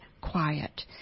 quiet